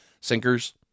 Sinkers